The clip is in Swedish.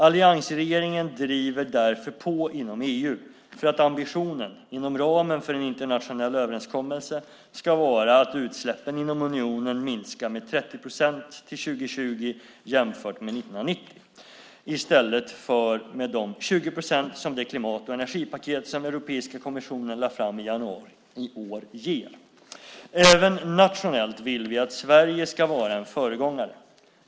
Alliansregeringen driver därför på inom EU för att ambitionen, inom ramen för en internationell överenskommelse, ska vara att utsläppen inom unionen minskar med 30 procent till 2020 jämfört med 1990 i stället för med de 20 procent som det klimat och energipaket som Europeiska kommissionen lade fram i januari i år ger. Även nationellt vill vi att Sverige ska vara en föregångare.